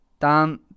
Dan